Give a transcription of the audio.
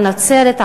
על נצרת,